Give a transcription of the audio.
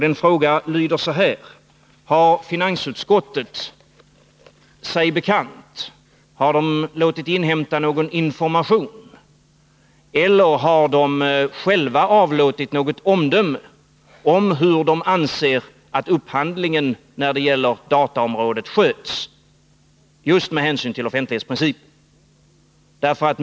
Den frågan lyder: Har finansutskottet sig bekant — har utskottet låtit inhämta någon information om eller har finansutskottet självt avlåtit något omdöme om — hur upphandlingen på datorområdet sköts med hänsyn till offentlighetsprincipen?